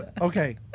Okay